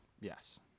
yes